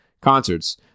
concerts